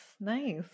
Nice